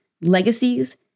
legacies